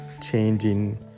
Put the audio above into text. changing